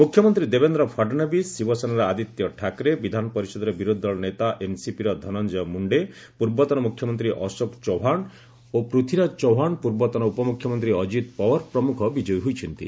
ମୁଖ୍ୟମନ୍ତ୍ରୀ ଦେବେନ୍ଦ୍ର ଫଡ଼ନବୀସ ଶିବସେନାର ଆଦିତ୍ୟ ଠାକ୍ରେ ବିଧାନ ପରିଷଦରେ ବିରୋଧୀ ଦଳ ନୋତା ଏନ୍ସିପିର ଧନଞ୍ଜୟ ମୁଣ୍ଡେ ପୂର୍ବତନ ମୁଖ୍ୟମନ୍ତୀ ଅଶୋକ ଚହ୍ୱାଣ ଓ ପୃଥ୍ୱୀରାଜ ଚହ୍ୱାଣ ପୂର୍ବତନ ଉପମୁଖ୍ୟମନ୍ତୀ ଅଜିତ ପଓ୍ୱାର ପ୍ରମୁଖ ବିଜୟୀ ହୋଇଛନ୍ତି